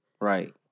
right